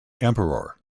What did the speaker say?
emperor